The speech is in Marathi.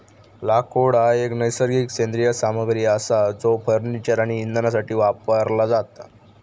लाकूड हा एक नैसर्गिक सेंद्रिय सामग्री असा जो फर्निचर आणि इंधनासाठी वापरला जाता